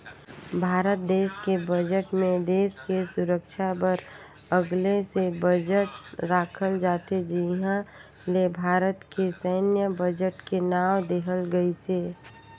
भारत देस के बजट मे देस के सुरक्छा बर अगले से बजट राखल जाथे जिहां ले भारत के सैन्य बजट के नांव देहल गइसे